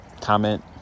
comment